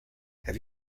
have